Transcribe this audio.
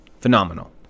phenomenal